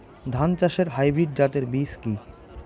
ধান চাষের হাইব্রিড জাতের বীজ কি?